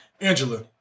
Angela